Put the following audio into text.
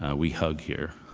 ah we hug here.